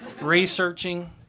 researching